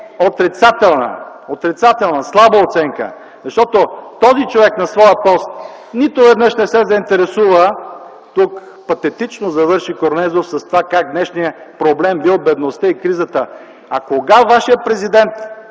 обща, е отрицателна, слаба оценка. Защото този човек на своя пост нито веднъж не се заинтересува ... Тук патетично завърши Корнезов, как днешният проблем били бедността и кризата. А кога вашият президент